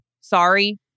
sorry